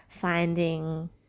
finding